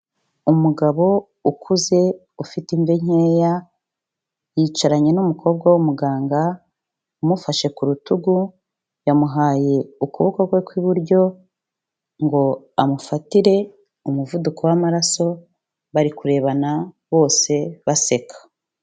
Umugabo ukuze ufite imbe nkeya yicaranye n'umukobwa w'umuganga umufashe ku rutugu, yamuhaye ukuboko kwe kw'iburyo ngo amufatire umuvuduko w'amaraso, bari kurebana bose baseka.